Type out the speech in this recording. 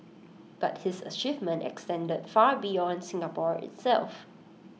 but his achievement extended far beyond Singapore itself